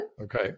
Okay